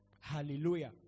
Hallelujah